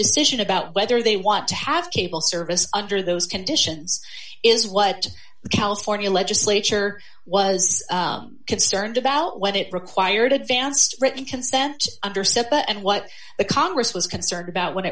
decision about whether they want to have cable service under those conditions is what the california legislature was concerned about what it required advanced written consent and what the congress was concerned about when